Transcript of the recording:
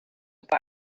bei